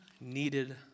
needed